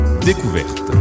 découverte